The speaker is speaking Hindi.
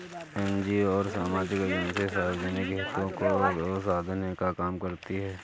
एनजीओ और सामाजिक एजेंसी सार्वजनिक हितों को साधने का काम करती हैं